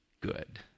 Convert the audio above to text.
good